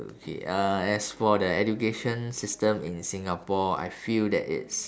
okay uh as for the education system in singapore I feel that it's